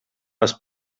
les